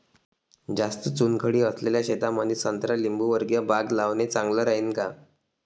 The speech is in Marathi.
जास्त चुनखडी असलेल्या शेतामंदी संत्रा लिंबूवर्गीय बाग लावणे चांगलं राहिन का?